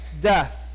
death